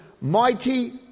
mighty